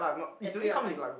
that period of time